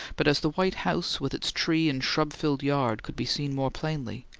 but as the white house with its tree and shrub filled yard could be seen more plainly,